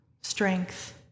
strength